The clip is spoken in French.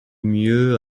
mieux